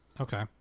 Okay